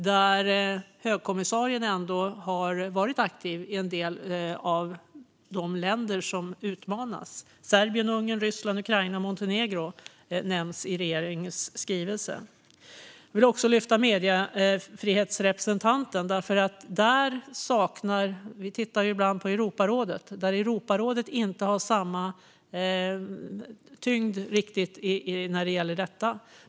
Där har högkommissarien varit aktiv i en del av de länder som utmanas. Serbien, Ungern, Ryssland, Ukraina och Montenegro nämns i regeringens skrivelse. Jag vill också nämna mediefrihetsrepresentanten. Vi tittar ju ibland på Europarådet, som inte alltid har samma tyngd när det gäller detta.